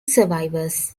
survivors